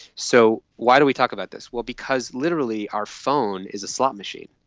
so why do we talk about this? well, because literally our phone is a slot machine.